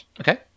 Okay